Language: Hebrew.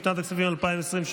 לשנת הכספים 2023,